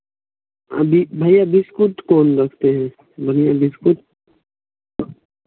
अभी भैया बिस्कुट कोन रखते है बढ़ियाँ बिस्कुट